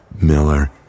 Miller